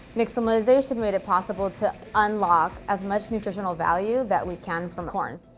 nixtamalization made it possible to unlock as much nutritional value that we can from corn.